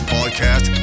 Podcast